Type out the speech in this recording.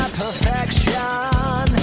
perfection